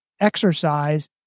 exercise